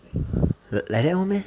like that [one] meh